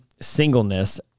singleness